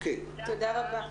תודה רבה.